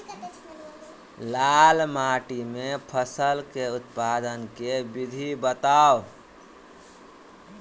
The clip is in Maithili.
लाल माटि मे फसल केँ उत्पादन केँ विधि बताऊ?